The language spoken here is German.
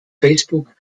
facebook